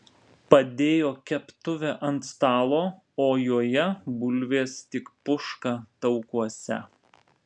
padėjo keptuvę ant stalo o joje bulvės tik puška taukuose